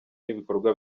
n’ibikorwa